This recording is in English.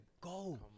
go